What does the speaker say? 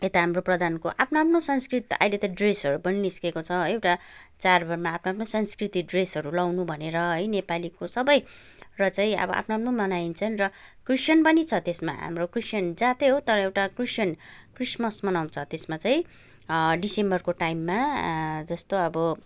यता हाम्रो प्रधानको आफ्नो आफ्नो संस्कृत अहिले त ड्रेसहरू पनि निस्किएको छ है एउटा चाँडबाँडमा आफ्नो आफ्नो संस्कृति ड्रेसहरू लगाउनु भनेर है नेपालीको सबै र चाहिँ अब आफ्नो आफ्नो मनाइन्छन् र क्रिस्चियन पनि छ त्यसमा हाम्रो क्रिस्चियन जातै हो तर एउटा क्रिस्चियन क्रिसमस मनाउँछ त्यसमा चाहिँ डिसेम्बरको टाइममा जस्तो अब